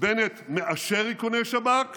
בנט מאשר איכוני שב"כ